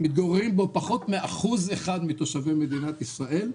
מתגוררים בו פחות מ-1% מתושבי מדינת ישראל.